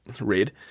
read